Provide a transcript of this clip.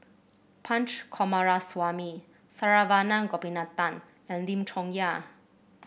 Punch Coomaraswamy Saravanan Gopinathan and Lim Chong Yah